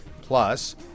Plus